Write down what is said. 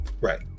Right